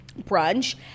brunch